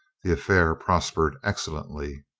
the affair prospered excellently.